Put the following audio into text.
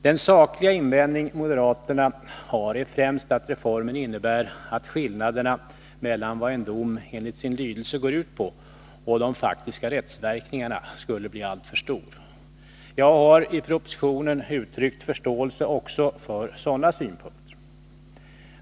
Den sakliga invändning moderaterna gör är främst att reformen innebär att skillnaden mellan vad en dom enligt sin lydelse går ut på och de faktiska rättsverkningarna skulle bli alltför stor. Jag har i propositionen uttryckt förståelse också för sådana synpunkter.